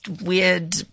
weird